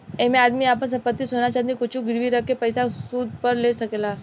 ऐइमे आदमी आपन संपत्ति, सोना चाँदी कुछु गिरवी रख के पइसा सूद पर ले सकेला